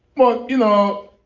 well, you know,